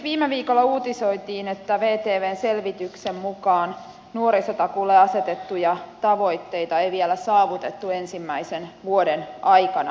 viime viikolla uutisoitiin että vtvn selvityksen mukaan nuorisotakuulle asetettuja tavoitteita ei vielä saavutettu ensimmäisen vuoden aikana